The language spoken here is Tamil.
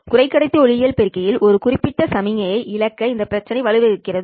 குறைக்கடத்தி ஒளியியல் பெருக்கியில்யில் ஒரு குறிப்பிட்ட சமிக்ஞையை இழக்க இந்த பிரச்சினை வழிவகுக்கிறது